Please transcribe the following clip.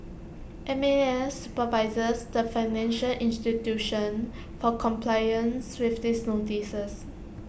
M A S supervises the financial institutions for compliance with these notices